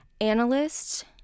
analysts